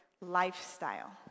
lifestyle